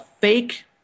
fake